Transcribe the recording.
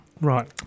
Right